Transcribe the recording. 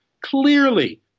clearly